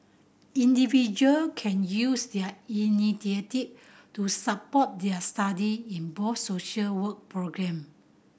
individual can use their initiative to support their study in both social work programme